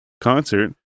concert